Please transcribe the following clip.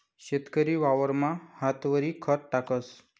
शेतकरी वावरमा हातवरी खत टाकस